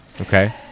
Okay